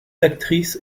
actrice